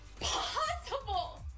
possible